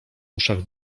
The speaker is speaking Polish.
uszach